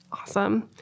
Awesome